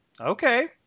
Okay